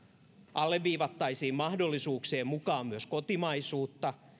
alleviivattaisiin mahdollisuuksien mukaan myös kotimaisuutta